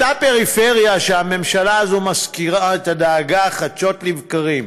אותה פריפריה שהממשלה הזאת מזכירה את הדאגה לה חדשות לבקרים,